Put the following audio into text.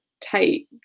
tight